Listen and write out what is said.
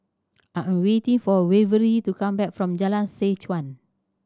I am waiting for Waverly to come back from Jalan Seh Chuan